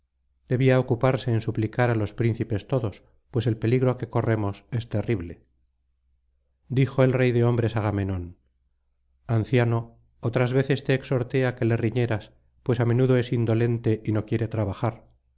debía ocuparse en suplicar á los príncipes todos pues el peligro que corremos es terrible dijo el rey de hombres agamenón anciano otras veces te exhorté á que le riñeras pues á menudo es indolente y no quiere trabajar